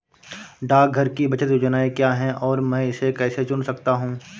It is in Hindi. डाकघर की बचत योजनाएँ क्या हैं और मैं इसे कैसे चुन सकता हूँ?